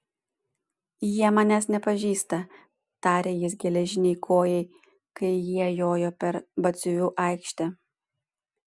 jie manęs nepažįsta tarė jis geležinei kojai kai jie jojo per batsiuvių aikštę